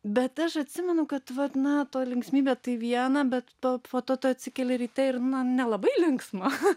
bet aš atsimenu kad vat na toj linksmybėj tai viena bet po to atsikeli ryte ir na nelabai linksma